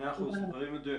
דברים מדויקים.